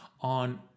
on